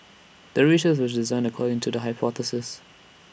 the research was designed according to the hypothesis